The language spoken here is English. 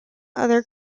other